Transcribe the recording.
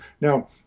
Now